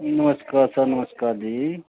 ਜੀ ਨਮਸਕਾਰ ਸਰ ਨਮਸਕਾਰ ਜੀ